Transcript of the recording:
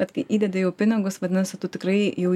bet kai įdedi jau pinigus vadinasi tu tikrai jau